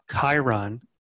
Chiron